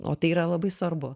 o tai yra labai svarbu